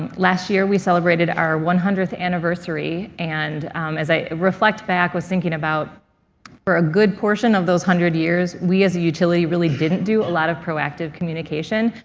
ah last year we celebrated our one hundredth anniversary, and as i reflect back was thinking about for a good portion of those one hundred years, we as a utility really didn't do a lot of proactive communication.